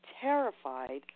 terrified